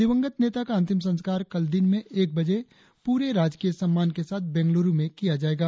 दिवंगत नेता का अंतिम संस्कार कल दिन में एक बजे पूरे राजकीय सम्मान के साथ बेंगलूरु में किया जाएगा